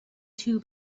too